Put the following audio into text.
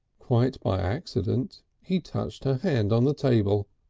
quite by accident he touched her hand on the table,